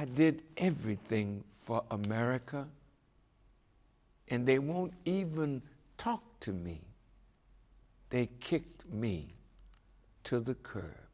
i did everything for america and they won't even talk to me they kicked me to the curb